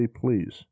please